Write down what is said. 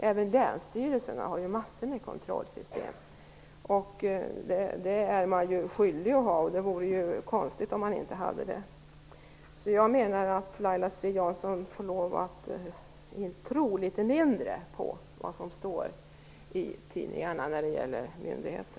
Även länsstyrelserna har massor av kontrollsystem. Det är man skyldig att ha, och det vore ju konstigt om man inte hade det. Jag menar att Laila Strid-Jansson får lov att tro litet mindre på vad som står i tidningarna när det gäller myndigheter.